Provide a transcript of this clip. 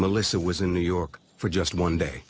melissa was in new york for just one day